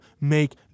make